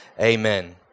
Amen